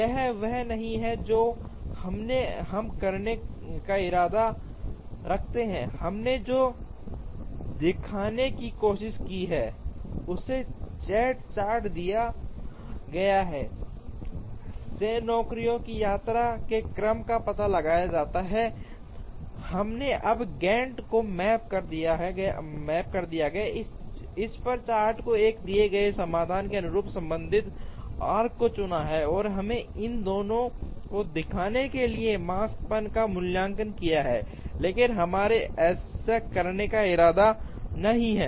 यह वह नहीं है जो हम करने का इरादा रखते हैं हमने जो दिखाने की कोशिश की है उसे गैंट चार्ट दिया गया है से नौकरियों की यात्रा के क्रम का पता लगाया जा सकता है हमने अब गैन्ट को मैप कर दिया है इस पर चार्ट और एक दिए गए समाधान के अनुरूप संबंधित आर्क्स को चुना और हम इन दोनों को दिखाने के लिए माकस्पन का मूल्यांकन किया है लेकिन हमारा ऐसा करने का इरादा नहीं हैं